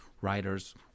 writers